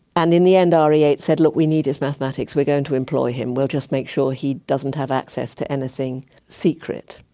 and in the end r e eight said, look, we need his mathematics, we're going to employ him, we'll just make sure he doesn't have access to anything secret.